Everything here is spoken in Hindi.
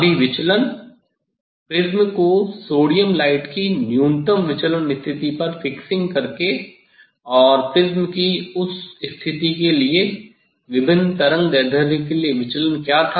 अभी विचलन प्रिज्म को सोडियम लाइट की न्यूनतम विचलन स्थिति पर फिक्सिंग करके और प्रिज्म की उस स्थिति के लिए विभिन्न तरंगदैर्ध्य के लिए विचलन क्या था